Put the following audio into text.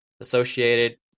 associated